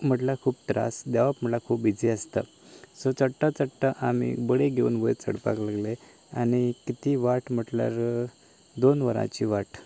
म्हणल्यार खूब त्रास देंवप म्हणल्यार खूब इज्जी आसता सो चडटा चडटा आमी बडी घेवन वयर चडपाक लागले आनी कितली वाट म्हणल्यार दोन वरांची वाट